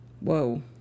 Whoa